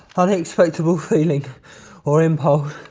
unacceptable feeling or impulse,